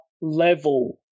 level